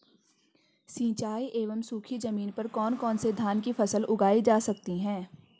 सिंचाई एवं सूखी जमीन पर कौन कौन से धान की फसल उगाई जा सकती है?